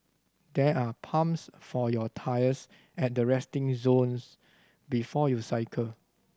there are pumps for your tyres at the resting zones before you cycle